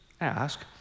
ask